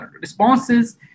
responses